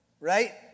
right